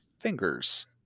fingers